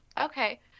okay